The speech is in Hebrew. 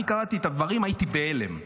אני קראתי את הדברים והייתי בהלם.